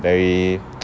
very